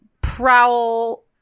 Prowl